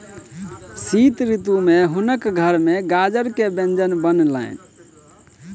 शीत ऋतू में हुनकर घर में गाजर के व्यंजन बनलैन